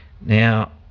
Now